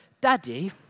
daddy